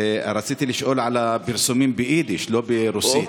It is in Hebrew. רציתי לשאול על הפרסומים ביידיש, לא ברוסית.